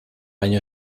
año